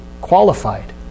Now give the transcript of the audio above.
qualified